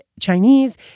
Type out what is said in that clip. Chinese